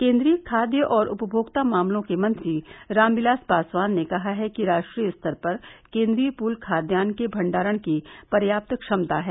केन्द्रीय खादय और उपमोक्ता मामलों के मंत्री रामविलास पासवान ने कहा है कि राष्ट्रीय स्तर पर केन्द्रीय पूल खाद्यान के भंडारण की पर्याप्त क्षमता है